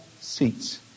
seats